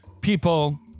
people